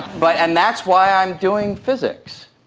but and that's why i'm doing physics.